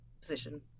position